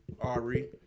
Ari